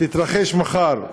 תתרחש מחר.